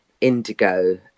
indigo